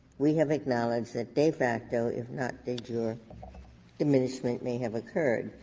we have acknowledged that de facto if not de jure diminishment may have occurred.